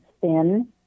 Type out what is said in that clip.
thin